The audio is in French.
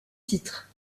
titres